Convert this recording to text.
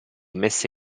messa